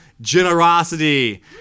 generosity